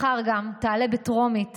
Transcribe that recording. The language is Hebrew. מחר גם תעלה בטרומית